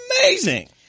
amazing